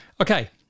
Okay